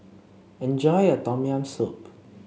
enjoy your Tom Yam Soup